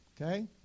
Okay